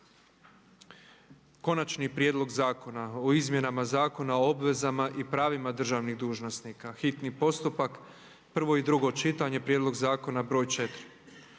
Konačni prijedlog Zakona o izmjenama Zakona o obvezama i pravima državnih dužnosnika, hitni postupak, prvo i drugo čitanje, P.Z.BR.4. Predlagatelj akta